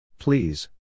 Please